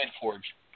Forge